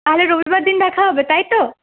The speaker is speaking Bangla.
তাহলে রবিবার দিন দেখা হবে তাই তো